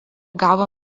gavo